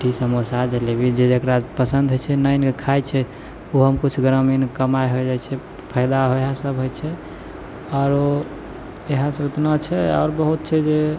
लिट्टी समोसा जलेबी जे जकरा पसन्द होइ छै आनिके खाइ छै ओहोमे किछु ग्रामीणके कमाइ होइ जाइ छै फायदा वएहसब होइ छै आओर इएहसब ओतना छै आओर बहुत छै जे